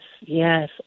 yes